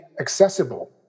accessible